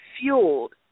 fueled